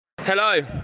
Hello